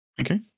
Okay